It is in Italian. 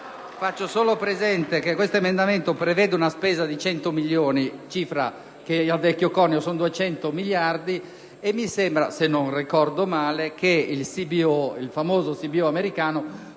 faccio solo presente che questo emendamento prevede una spesa di 100 milioni di euro, cifra che al vecchio conio sono 200 miliardi di lire, e mi sembra, se non ricordo male, che il famoso CBO americano